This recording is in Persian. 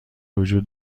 وجود